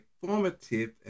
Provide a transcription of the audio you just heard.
formative